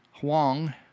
Huang